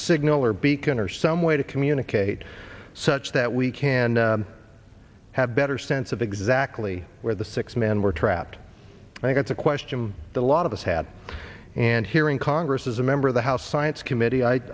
signal or beacon or some way to communicate such that we can have better sense of exactly where the six men were trapped i think it's a question that a lot of us had and here in congress as a member of the house science committee i